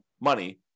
money